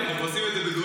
אנחנו עושים את זה בדואט.